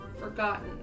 Forgotten